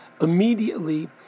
immediately